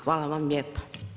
Hvala vam lijepa.